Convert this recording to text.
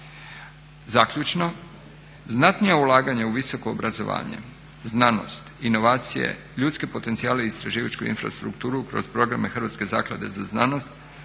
Zaključno, znatnija ulaganja u visoko obrazovanje, znanost, inovacije, ljudske potencijale i istraživačku infrastrukturu kroz programe Hrvatske zaklade za znanost,